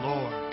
Lord